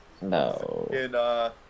No